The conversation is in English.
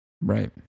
Right